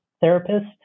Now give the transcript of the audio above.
therapist